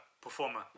Performer